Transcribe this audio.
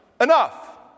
Enough